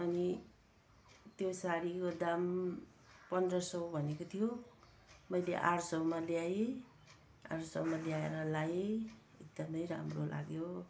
अनि त्यो साडीको दाम पन्ध्र सौ भनेको थियो मैले आठ सौमा ल्याएँ आठ सौमा ल्याएर लगाएँ एकदमै राम्रो लाग्यो